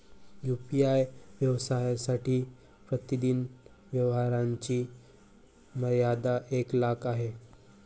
UPI व्यवहारांसाठी प्रतिदिन व्यवहारांची मर्यादा एक लाख आहे